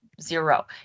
zero